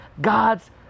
God's